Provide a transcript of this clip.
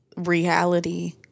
reality